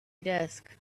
desk